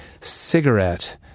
cigarette